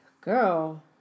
Girl